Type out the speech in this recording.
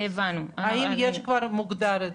האם זה כבר מוגדר.